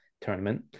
tournament